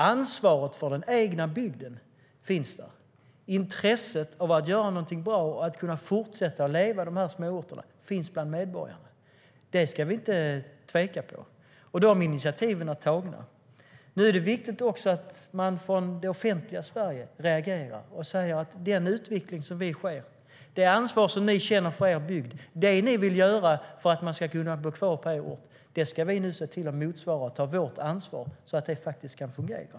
Ansvaret för den egna bygden liksom intresset av att göra någonting bra och kunna fortsätta leva i de här småorterna finns bland medborgarna - det är det ingen tvekan om - och initiativen är tagna. Nu är det viktigt att man också från det offentliga Sverige reagerar och säger: Det ansvar som ni känner för er bygd och det ni vill göra för att ni ska kunna bo kvar på er ort ska vi nu se till att motsvara och ta vårt ansvar för att det faktiskt kan fungera.